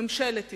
ממשלת ישראל.